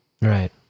Right